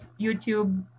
YouTube